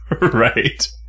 right